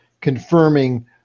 confirming